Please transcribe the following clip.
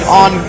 on